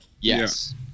Yes